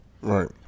Right